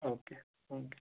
okay okay